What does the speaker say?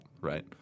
right